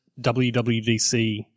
WWDC